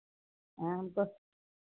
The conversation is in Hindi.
हाँ हमको